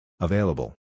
Available